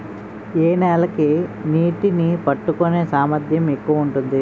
ఏ నేల కి నీటినీ పట్టుకునే సామర్థ్యం ఎక్కువ ఉంటుంది?